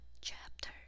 Chapter